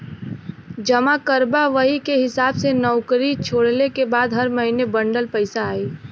जमा करबा वही के हिसाब से नउकरी छोड़ले के बाद हर महीने बंडल पइसा आई